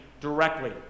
directly